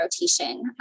rotation